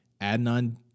Adnan